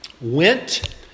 went